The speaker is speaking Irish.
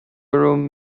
raibh